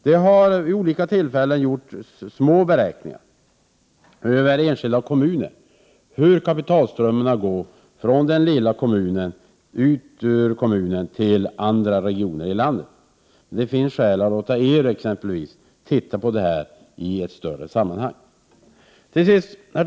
Det har vid olika tillfällen gjorts små beräkningar för enskilda kommuner av hur kapitalströmmarna går från den lilla kommunen ut till andra regioner i landet. Det finns skäl att låta exempelvis ERU studera detta i ett större sammanhang. Herr talman!